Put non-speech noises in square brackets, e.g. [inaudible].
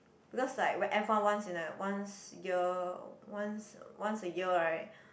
because like [noise] F one once in a once year once once a year right